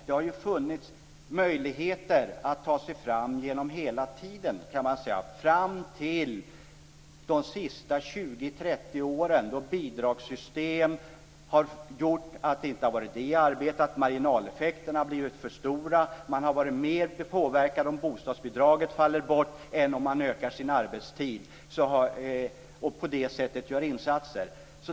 Det har funnits möjligheter att ta sig fram hela tiden, kan man säga, till de sista 20-30 åren då bidragssystemen gjort att det inte har varit idé att arbeta. Marginaleffekterna har blivit för stora. Man har påverkats mer om bostadsbidraget fallit bort än om man ökat sin arbetstid och på det sättet kunnat göra insatser.